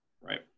Right